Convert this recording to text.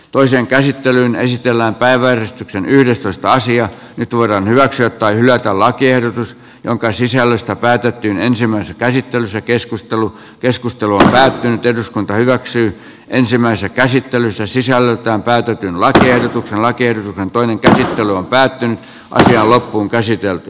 toisen käsittelyn esitellään päivä on yhdestoista sija nyt voidaan hyväksyä tai hylätä lakiehdotus jonka sisällöstä päätettiin ensimmäisessä käsittelyssä keskustelu keskustelu on päättynyt eduskunta hyväksyy ensimmäistä käsittelyssä sisällöltään käytetyn lakiehdotuksen lancer toinen käsittely on päättynyt aikoja loppuunkäsitelty